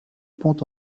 pont